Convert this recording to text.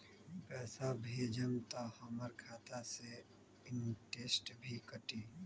पैसा भेजम त हमर खाता से इनटेशट भी कटी?